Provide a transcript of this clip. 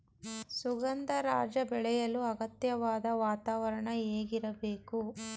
ಸುಗಂಧರಾಜ ಬೆಳೆಯಲು ಅಗತ್ಯವಾದ ವಾತಾವರಣ ಹೇಗಿರಬೇಕು?